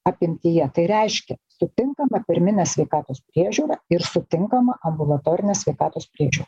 apimtyje tai reiškia su tinkama pirmine sveikatos priežiūra ir su tinkama ambulatorine sveikatos priežiūra